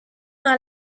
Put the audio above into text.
dans